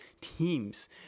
teams